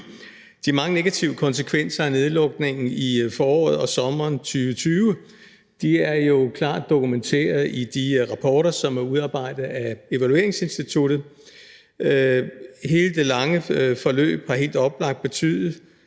De mange negative konsekvenser af nedlukningen i foråret og sommeren 2020 er jo klart dokumenteret i de rapporter, som er udarbejdet af Danmarks Evalueringsinstitut. Hele det lange forløb har helt oplagt betydet,